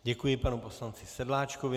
Děkuji panu poslanci Sedláčkovi.